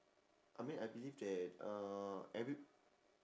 I mean I believe that uh every